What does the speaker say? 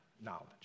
knowledge